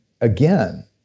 again